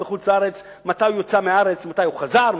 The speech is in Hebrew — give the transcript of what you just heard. בחוץ-לארץ מתי הוא יצא מהארץ ומתי הוא חזר,